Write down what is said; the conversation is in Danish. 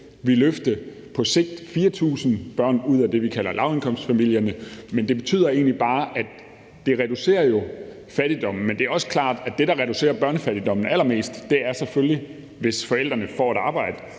vil løfte 4.000 børn ud af det, vi kalder lavindkomstfamilierne, men det betyder egentlig bare, at det vil reducere fattigdommen. Men det er også klart, at det, der reducerer børnefattigdom allermest, selvfølgelig er, at forældrene får et arbejde,